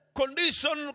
condition